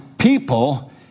people